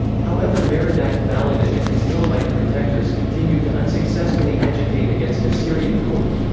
however merodach-baladan and his elamite protectors continued to unsuccessfully agitate against assyrian rule.